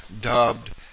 dubbed